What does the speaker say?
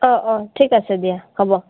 অ অ ঠিক আছে দিয়া হ'ব